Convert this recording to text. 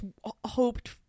hoped